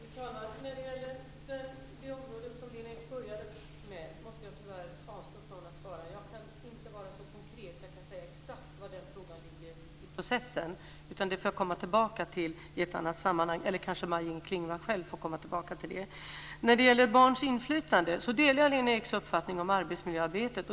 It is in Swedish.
Fru talman! När det gäller det område som Lena Ek började med måste jag tyvärr avstå från att svara. Jag kan inte vara så konkret att jag kan säga exakt var den frågan ligger i processen. Det får jag komma tillbaka till i ett annat sammanhang, eller också får kanske Maj-Inger Klingvall själv komma tillbaka till det. När det gäller barns inflytande delar jag Lena Eks uppfattning om arbetsmiljöarbetet.